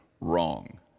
wrong